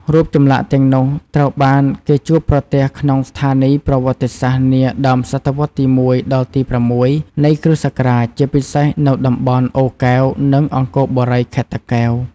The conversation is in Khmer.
រូបចម្លាក់ទាំងនោះត្រូវបានគេជួបប្រទះក្នុងស្ថានីយ៍ប្រវត្តិសាស្ត្រនាដើមសតវត្សរ៍ទី១ ដល់ទី៦ នៃគ្រិស្តសករាជ ជាពិសេសនៅតំបន់អូរកែវ និងអង្គរបុរី ខេត្តតាកែវ។